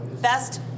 best